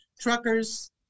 Truckers